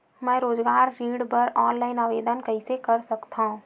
मैं रोजगार ऋण बर ऑनलाइन आवेदन कइसे कर सकथव?